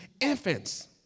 infants